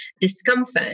discomfort